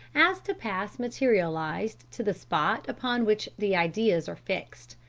as to pass materialized to the spot upon which the ideas are fixed.